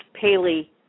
Paley